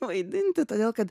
vaidinti todėl kad